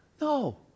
No